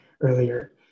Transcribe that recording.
earlier